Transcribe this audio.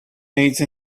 age